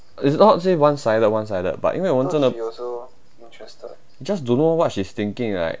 it's not say one sided one sided but 因为我们真的 just don't know what she's thinking right